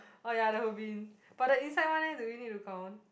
orh ya the whole bin but the inside one eh do we need to count